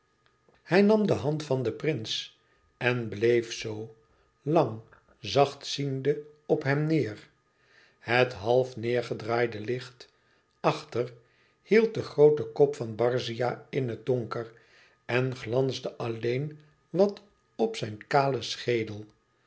hij nam de hand van den prins en bleef zoo lang zacht ziende op hem neêr het half neêrgedraaide licht achter hield den grooten kop van barzia in het donker en glansde alleen wat op zijn kalen schedel